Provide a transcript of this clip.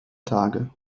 tage